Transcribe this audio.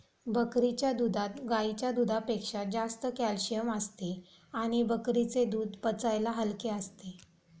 बकरीच्या दुधात गाईच्या दुधापेक्षा जास्त कॅल्शिअम असते आणि बकरीचे दूध पचायला हलके असते